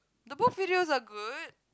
the both videos are good